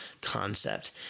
concept